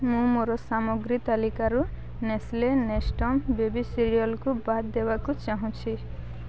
ମୁଁ ମୋର ସାମଗ୍ରୀ ତାଲିକାରୁ ନେସ୍ଲେ ନେଷ୍ଟମ୍ ବେବି ସିରିଏଲ୍କୁ ବାଦ୍ ଦେବାକୁ ଚାହୁଁଛି